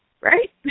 right